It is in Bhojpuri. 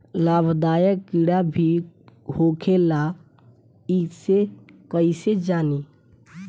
लाभदायक कीड़ा भी होखेला इसे कईसे जानी?